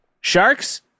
sharks